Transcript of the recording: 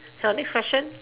your next question